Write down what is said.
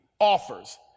offers